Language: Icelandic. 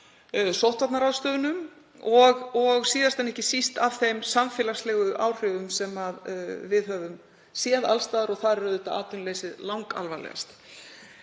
sóttvarnaráðstöfunum og síðast en ekki síst af þeim samfélagslegu áhrifum sem við höfum séð alls staðar. Þar er atvinnuleysið langalvarlegast.